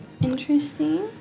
Interesting